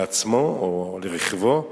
לעצמו או לרכבו,